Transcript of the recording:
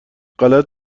غلط